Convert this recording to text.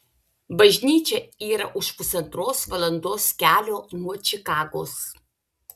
bažnyčia yra už pusantros valandos kelio nuo čikagos